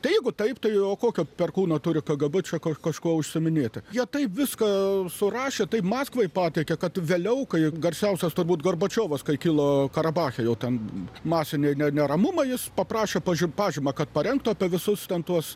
tai jeigu taip tai o kokio perkūno turi kgb čia kaž kažkuo užsiiminėti jie taip viską surašė taip maskvai pateikė kad vėliau kai garsiausias turbūt gorbačiovas kai kilo karabache jau ten masiniai neramumai jis paprašė paži pažymą kad parengtų apie visus ten tuos